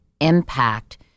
impact